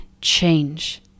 change